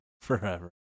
forever